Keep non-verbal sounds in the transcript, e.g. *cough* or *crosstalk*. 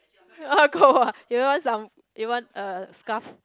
*laughs* cold ah you want some you want uh scarf